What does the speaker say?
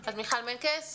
מנקס.